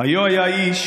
"היה היה איש",